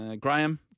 Graham